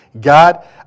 God